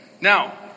Now